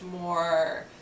more